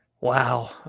Wow